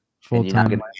Full-time